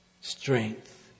strength